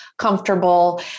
comfortable